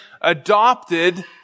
adopted